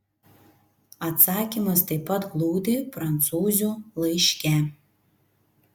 atsakymas taip pat glūdi prancūzių laiške